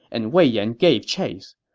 and wei yan gave chase.